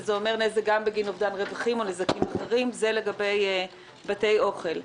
שזה אומר נזק גם בגין אובדן רווחים או נזקים אחרים זה לגבי בתי אוכל.